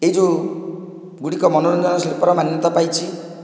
ଏଇ ଯେଉଁ ଗୁଡ଼ିକ ମନୋରଞ୍ଜନ ଶିଳ୍ପର ମାନ୍ୟତା ପାଇଛି